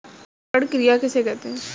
अंकुरण क्रिया किसे कहते हैं?